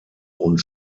und